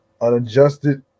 unadjusted